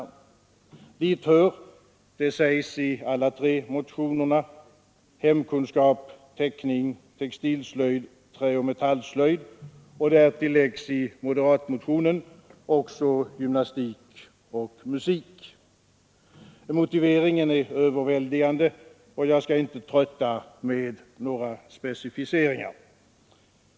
Dit hör — det sägs i alla tre motionerna — hemkunskap, teckning, textilslöjd, träoch metallslöjd, och därtill läggs i moderatmotionen också gymnastik och musik. Motiveringen är överväldigande, och jag skall inte trötta med några specificeringar.